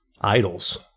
idols